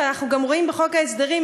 שאנחנו גם רואים בחוק ההסדרים,